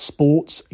Sports